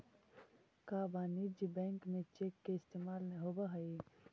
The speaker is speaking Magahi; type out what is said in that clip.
का वाणिज्य बैंक में चेक के इस्तेमाल होब हई?